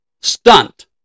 stunt